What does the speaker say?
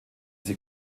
sie